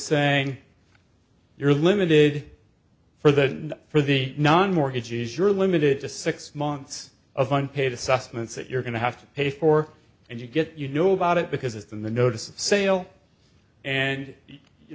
saying you're limited for that and for the non mortgages you're limited to six months of unpaid assessments that you're going to have to pay for and you get you know about it because it's in the notice of sale and you